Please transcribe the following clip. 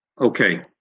Okay